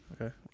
Okay